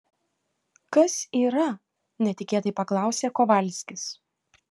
kas yra netikėtai paklausė kovalskis